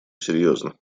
серьезно